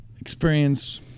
experience